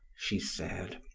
she said.